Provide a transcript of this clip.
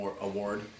award